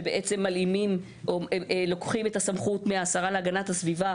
שבעצם מלאימים או לוקחים את הסמכות מהשרה להגנת הסביבה,